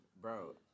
bro